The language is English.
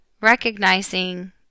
recognizing